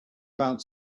about